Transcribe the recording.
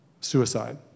suicide